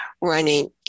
running